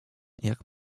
jak